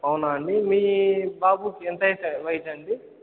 అవునా అండీ మీ బాబుకు ఎంత వయస్సండీ